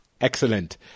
Excellent